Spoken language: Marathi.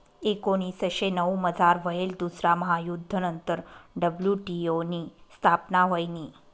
एकोनीसशे नऊमझार व्हयेल दुसरा महायुध्द नंतर डब्ल्यू.टी.ओ नी स्थापना व्हयनी